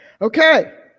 Okay